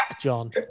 John